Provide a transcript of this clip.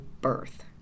birth